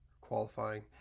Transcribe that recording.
qualifying